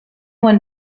one